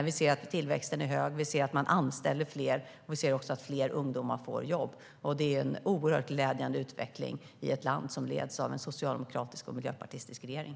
Vi ser att tillväxten är hög, företag anställer fler och fler ungdomar får jobb. Det är en oerhört glädjande utveckling i ett land som leds av en socialdemokratisk och miljöpartistisk regering.